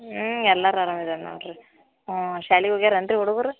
ಊಂ ಎಲ್ಲರೂ ಅರಾಮಿದಾರೆ ನೋಡಿರಿ ಹ್ಞೂ ಶಾಲೆಗ್ ಹೋಗ್ಯಾರೇನು ರೀ ಹುಡುಗರು